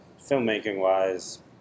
filmmaking-wise